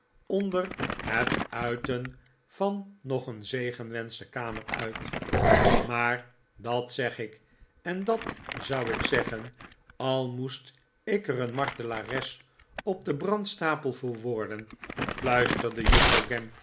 onder het uiten van nog een zegenwensch de kamer uit maar dat zeg ik en dat zou ik zeggen al moest ik er een martelares op den brandstapel voor worden fluisterde juffrouw